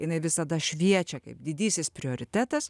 jinai visada šviečia kaip didysis prioritetas